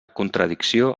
contradicció